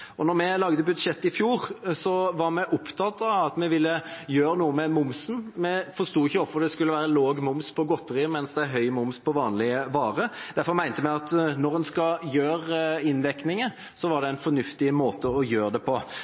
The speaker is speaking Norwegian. vi lagde budsjettet i fjor, var vi opptatt av at vi ville gjøre noe med momsen. Vi forsto ikke hvorfor det skulle være lav moms på godteri, men høy moms på vanlige varer, derfor mente vi at når en skulle gjøre inndekningen, var det en fornuftig måte å gjøre det på.